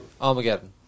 Armageddon